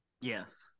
Yes